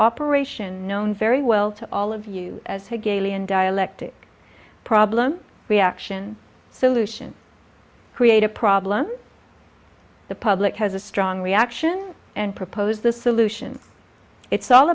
operation known very well to all of you as her gaily and dialectic problem reaction so lucian create a problem the public has a strong reaction and propose the solution it's all